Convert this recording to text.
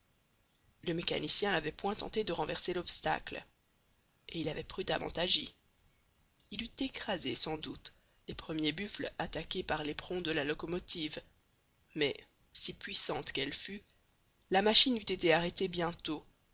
le mécanicien n'avait point tenté de renverser l'obstacle et il avait prudemment agi il eût écrasé sans doute les premiers buffles attaqués par l'éperon de la locomotive mais si puissante qu'elle fût la machine eût été arrêtée bientôt